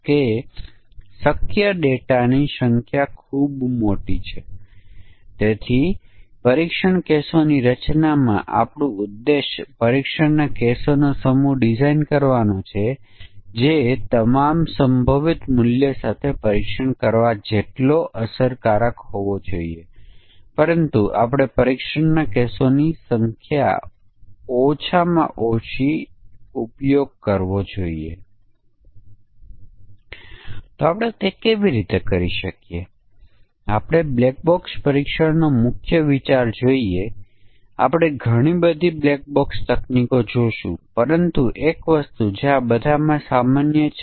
એક સરળ બાબત આ કેસ માટે નબળા પરીક્ષણને નબળા સમાનતા વર્ગ પરીક્ષણ તરીકે ઓળખવામાં આવે છે જ્યાં આપણે તપાસ કરીએ છીએ કે આપણે પરીક્ષણના કિસ્સાઓ રચીએ છીએ કે એક પરિમાણ માટેના બધા વર્ગ ગણવામાં આવે છે અને બીજા પરિમાણ માટે સમાન કરવામાં આવે છે